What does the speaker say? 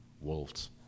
wolves